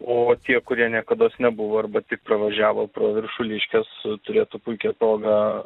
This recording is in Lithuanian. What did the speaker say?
o tie kurie niekados nebuvo arba tik pravažiavo pro viršuliškes turėtų puikią progą